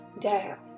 down